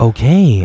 Okay